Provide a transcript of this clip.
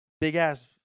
big-ass